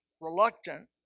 reluctant